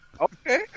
Okay